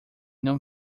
non